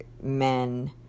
men